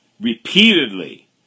Repeatedly